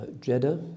Jeddah